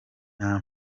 nta